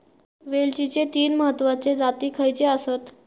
वेलचीचे तीन महत्वाचे जाती खयचे आसत?